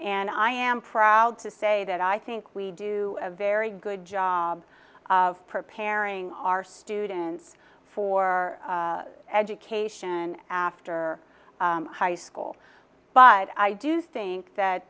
and i am proud to say that i think we do a very good job of preparing our students for education after high school but i do think that